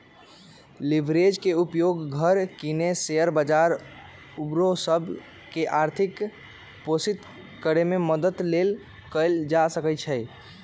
leverage के उपयोग घर किने, शेयर बजार आउरो सभ के आर्थिक पोषित करेमे मदद लेल कएल जा सकइ छै